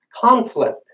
Conflict